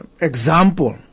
example